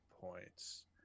points